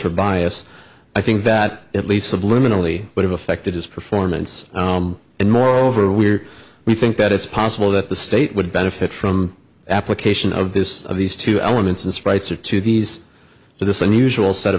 her bias i think that at least subliminally would have affected his performance and moreover we're we think that it's possible that the state would benefit from application of this of these two elements and sprites or to these this unusual set